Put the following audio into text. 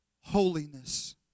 holiness